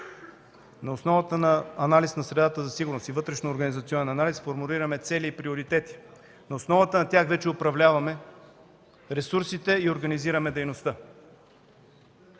На основата на анализ на средата за сигурност и вътрешно-организационен анализ, формулиране цели и приоритети. На основата на тях вече управляваме ресурсите и организираме дейността.